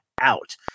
out